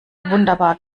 wunderbar